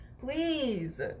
please